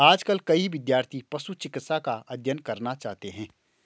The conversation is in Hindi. आजकल कई विद्यार्थी पशु चिकित्सा का अध्ययन करना चाहते हैं